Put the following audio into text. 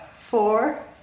four